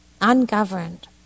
Ungoverned